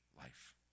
life